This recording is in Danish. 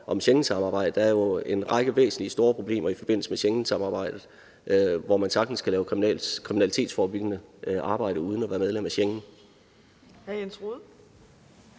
om Schengensamarbejdet. Der er jo en række væsentlige, store problemer i forbindelse med Schengensamarbejdet, og man kan sagtens lave kriminalitetsforebyggende arbejde uden at være medlem af Schengen.